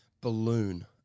Balloon